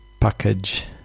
package